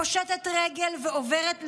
פושטת רגל ועוברת לחו"ל,